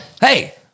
Hey